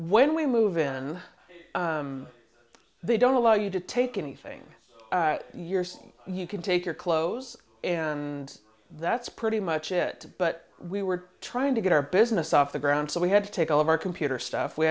when we move in they don't allow you to take anything yourself you can take your clothes and that's pretty much it but we were trying to get our business off the ground so we had to take all of our computer stuff we